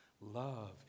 love